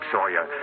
Sawyer